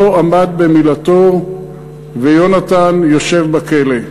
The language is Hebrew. לא עמד במילתו ויונתן יושב בכלא.